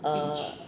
err